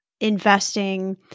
investing